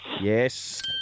Yes